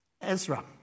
Ezra